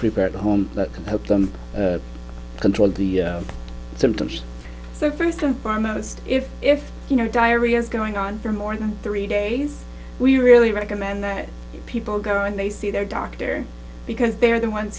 prepare at home that can help them control the symptoms so first and foremost if if you know diarrhea is going on for more than three days we really recommend that people go and they see their doctor because they are the ones